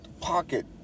pocket